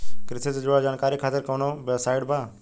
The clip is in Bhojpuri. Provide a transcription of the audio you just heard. कृषि से जुड़ल जानकारी खातिर कोवन वेबसाइट बा?